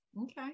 Okay